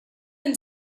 been